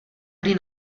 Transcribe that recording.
prý